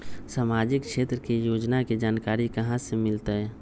सामाजिक क्षेत्र के योजना के जानकारी कहाँ से मिलतै?